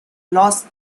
los